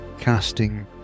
casting